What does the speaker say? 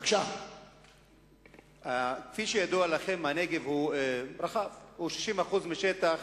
כפי שידוע לכם, הנגב הוא רחב, הוא 60% משטח